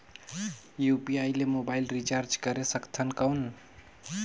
UPI ले mobile recharge करे सकथन कौन?